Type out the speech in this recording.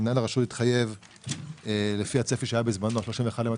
מנהל הרשות התחייב לפי הצפי שהיה בזמנו 31 במרס